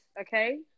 okay